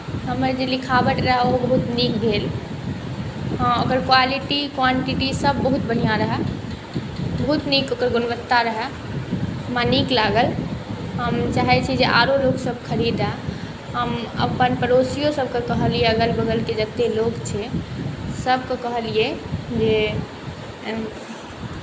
हमर जे लिखावट रहै ओहो बहुत नीक भेल हँ ओकर क्वालिटी क्वान्टिटीसब बहुत बढ़िआँ रहै बहुत नीक ओकर गुणवत्ता रहै हमरा नीक लागल हम चाहै छी जे आओर लोकसब खरीदै हम अपन पड़ोसिओ सबके कहलिए अगल बगलके जतेक लोक छै सबके कहलिए जे